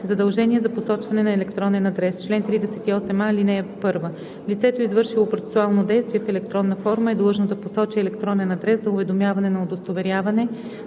„Задължение за посочване на електронен адрес Чл. 38а. (1) Лицето, извършило процесуално действие в електронна форма, е длъжно да посочи електронен адрес за уведомяване за удостоверяване